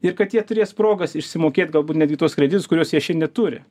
ir kad jie turės progos išsimokėt galbūt netgi tuos kreditus kuriuos jie šiandien turi